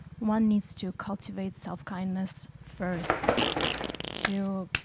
one needs to cultivate self-kindness first to